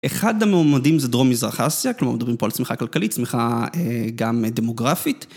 אחד המעומדים זה דרום מזרחי אסיה, כלומר, מדברים פה על צמיחה כלכלית, צמיחה גם דמוגרפית.